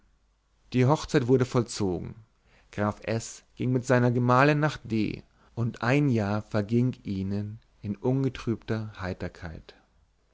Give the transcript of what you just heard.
die hochzeit wurde vollzogen graf s ging mit seiner gemahlin nach d und ein jahr verging ihnen in ungetrübter heiterkeit